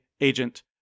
agent